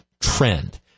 trend